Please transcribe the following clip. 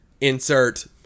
insert